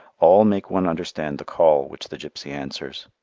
all make one understand the call which the gipsy answers.